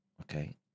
Okay